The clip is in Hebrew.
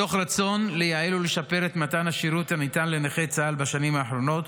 מתוך רצון לייעל ולשפר את מתן השירות הניתן לנכי צה"ל בשנים האחרונות,